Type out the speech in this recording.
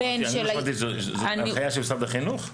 אני לא שמעתי זאת הנחייה של משרד החינוך?